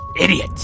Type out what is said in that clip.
Idiot